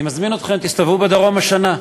אני מזמין אתכם, תסתובבו בדרום השנה.